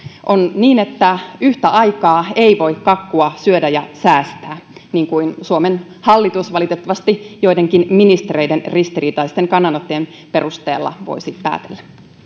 on niin että yhtä aikaa ei voi kakkua syödä ja säästää niin kuin suomen hallituksesta valitettavasti joidenkin ministereiden ristiriitaisten kannanottojen perusteella voisi päätellä